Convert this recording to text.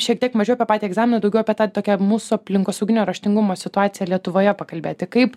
šiek tiek mažiau apie patį egzaminą daugiau apie tai tokia mūsų aplinkosauginio raštingumo situaciją lietuvoje pakalbėti kaip